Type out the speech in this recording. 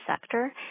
sector